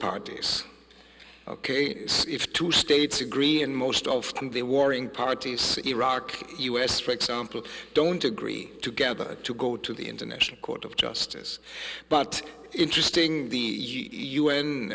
parties ok if two states agree and most often the warring parties iraq u s for example don't agree together to go to the international court of justice but interesting the